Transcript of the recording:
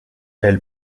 elle